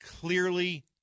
clearly